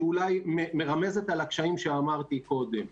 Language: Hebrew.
שאולי מרמזת על הקשיים שאמרתי קודם.